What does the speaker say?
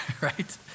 Right